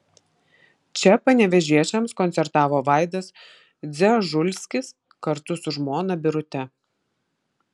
čia panevėžiečiams koncertavo vaidas dzežulskis kartu su žmona birute